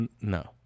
No